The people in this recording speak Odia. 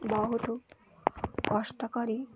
ବହୁତ କଷ୍ଟ କରି